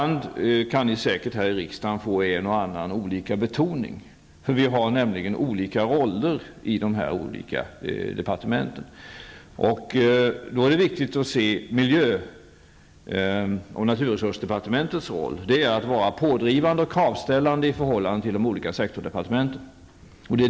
Ni kan därför här i riksdagen ibland möta en och annan skillnad i betoning, eftersom vi har olika roller i de skilda departementen. Det är viktigt att veta att miljö och naturresursdepartementets roll är att vara pådrivande och kravställande i förhållande till sektorsdepartementen.